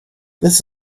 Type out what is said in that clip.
this